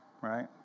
Right